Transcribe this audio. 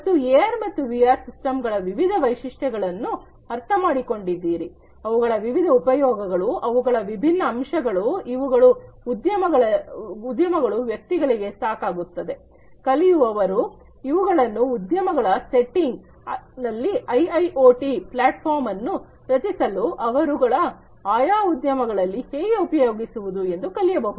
ಮತ್ತು ಎಆರ್ ಮತ್ತು ವಿಆರ್ ಸಿಸ್ಟಂಗಳ ವಿವಿಧ ವೈಶಿಷ್ಟ್ಯ ಗಳನ್ನು ಅರ್ಥಮಾಡಿಕೊಂಡಿದ್ದೀರಿ ಅವುಗಳ ವಿವಿಧ ಉಪಯೋಗಗಳು ಅವುಗಳ ವಿಭಿನ್ನ ಅಂಶಗಳು ಇವುಗಳು ಉದ್ಯಮಗಳು ವ್ಯಕ್ತಿಗಳಿಗೆ ಸಾಕಾಗುತ್ತದೆ ಕಲಿಯುವವರು ಇವುಗಳನ್ನು ಉದ್ಯಮಗಳ ವ್ಯವಸ್ಥೆಗಳಲ್ಲಿ ಐಐಓಟಿ ಪ್ಲಾಟ್ ಫಾರ್ಮ್ ಅನ್ನು ರಚಿಸಲು ಅವರುಗಳ ಆಯಾ ಉದ್ಯಮಗಳಲ್ಲಿ ಹೇಗೆ ಉಪಯೋಗಿಸುವುದು ಎಂದು ಕಲಿಯಬಹುದು